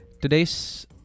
Today's